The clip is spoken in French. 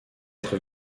être